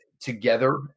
together